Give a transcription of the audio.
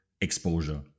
exposure